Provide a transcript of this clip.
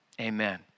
Amen